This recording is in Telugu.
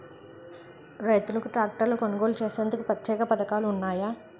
రైతులకు ట్రాక్టర్లు కొనుగోలు చేసేందుకు ప్రత్యేక పథకాలు ఉన్నాయా?